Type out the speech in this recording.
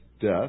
death